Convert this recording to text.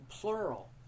plural